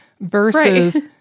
versus